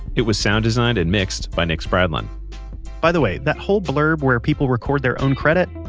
it was sound designed and mixed by nick spradlin by the way, that whole blurb where people record their own credit,